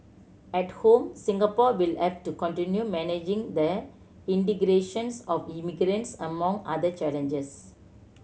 at home Singapore will have to continue managing the integrations of immigrants among other challenges